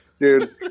dude